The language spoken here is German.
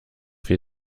viel